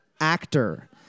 Actor